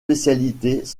spécialités